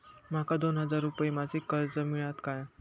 माका दोन हजार रुपये मासिक कर्ज मिळात काय?